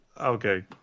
okay